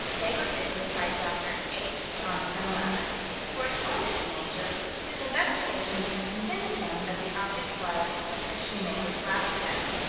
they were visited by dr. h. johnstone-lavis, the correspondent to nature, whose investigations had convinced him that the object was a shoemaker's lapstone.